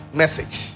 message